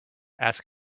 ask